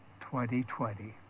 2020